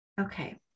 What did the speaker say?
Okay